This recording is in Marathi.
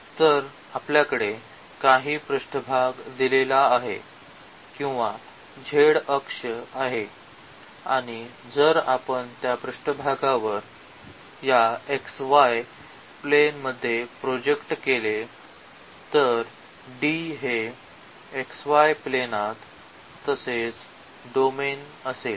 तर आपल्याकडे काही पृष्ठभाग दिलेला आहे किंवा z अक्ष आहे आणि जर आपण त्या पृष्ठभागावर या xy प्लेन मध्ये प्रोजेक्ट केले तर D हे xy प्लेनात तेच डोमेन असेल